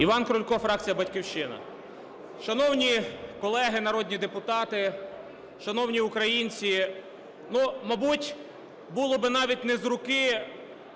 Іван Крулько, фракція "Батьківщина". Шановні колеги народні депутати, шановні українці! Ну, мабуть, було би навіть не з руки